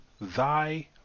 thy